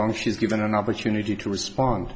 long as she's given an opportunity to respond